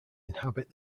inhabit